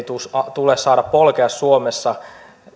tule saada polkea suomessa